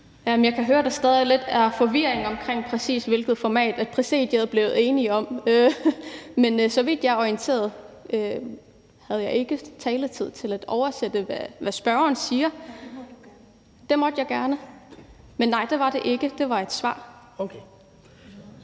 Jeg kan høre, at der stadig er lidt forvirring omkring, præcis hvilket format Præsidiet er blevet enige om. Men så vidt jeg er orienteret, havde jeg ikke taletid til at oversætte, hvad spørgeren siger. Det måtte jeg gerne? Men nej, det var ikke en oversættelse,